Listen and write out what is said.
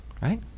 right